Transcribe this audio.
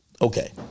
Okay